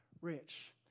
rich